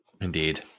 indeed